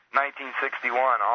1961